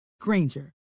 Granger